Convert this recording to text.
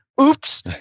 oops